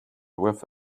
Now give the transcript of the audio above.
with